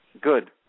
good